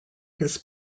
his